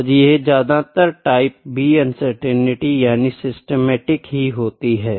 और ये ज्यादातर टाइप B अनसर्टेनिटी यानि सिस्टेमेटिक ही होती है